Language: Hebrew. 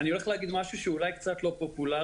אני הולך להגיד משהו שהוא אולי קצת לא פופולרי